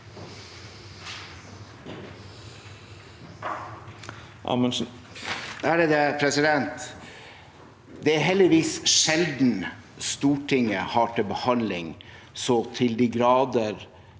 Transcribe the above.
Det er hel- digvis sjelden Stortinget har til behandling så til de grader